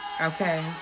okay